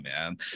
man